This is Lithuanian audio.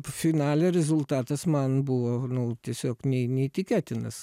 finale rezultatas man buvo nu tiesiog ne neįtikėtinas